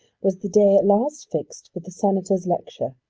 was the day at last fixed for the senator's lecture.